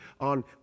on